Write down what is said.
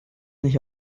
nicht